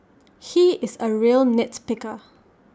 he is A real nit picker